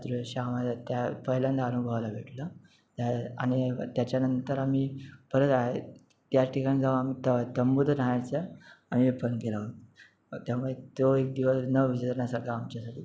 शामला त्या पहिल्यांदा अनुभवायला भेटलं आणि त्याच्यानंतर आम्ही परत आय त्याच ठिकाणी जाऊन आम्ही तर तंबूतच राहायचं आम्ही पण केला त्यामुळं तो एक दिवस न विसरण्यासारखा आमच्यासाठी